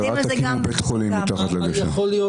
אל תקימו בית חולים מחת לגשר.